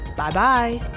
Bye-bye